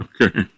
Okay